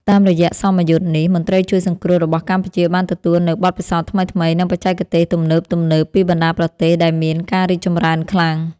តាមរយៈសមយុទ្ធនេះ មន្ត្រីជួយសង្គ្រោះរបស់កម្ពុជាបានទទួលនូវបទពិសោធន៍ថ្មីៗ និងបច្ចេកទេសទំនើបៗពីបណ្តាប្រទេសដែលមានការរីកចម្រើនខ្លាំង។